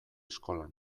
eskolan